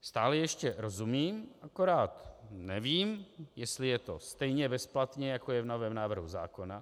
Stále ještě rozumím, akorát nevím, jestli je to stejně bezplatně, jako je v novém návrhu zákona.